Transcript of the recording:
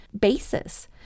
basis